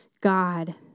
God